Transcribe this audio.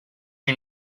you